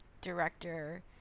director